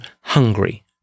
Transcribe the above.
hungry